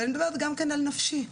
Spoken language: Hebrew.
אבל אני מדברת על ההיבט הנפשי.